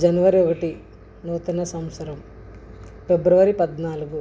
జనవరి ఒకటి నూతన సంవత్సరం ఫిబ్రవరి పద్నాలుగు